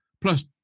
plus